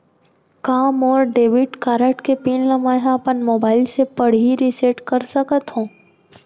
का मोर debit card के पिन ल मैं ह अपन मोबाइल से पड़ही रिसेट कर सकत हो?